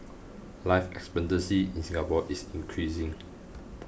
life expectancy in Singapore is increasing